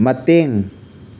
ꯃꯇꯦꯡ